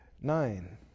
Nine